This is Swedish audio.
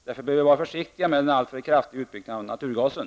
Därför bör vi vara försiktiga med en alltför kraftig utbyggnad av naturgasen.